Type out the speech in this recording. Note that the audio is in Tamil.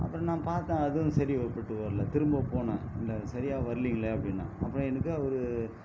அப்புறம் நான் பார்த்தேன் அதுவும் சரிப்பட்டு வரல திரும்ப போனேன் நான் சரியாக வர்லைங்களே அப்படின்னேன் அப்புறம் எனக்கு அவர்